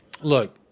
Look